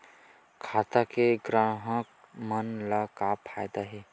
खाता से ग्राहक मन ला का फ़ायदा हे?